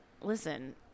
listen